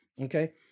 Okay